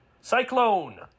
Cyclone